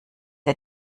der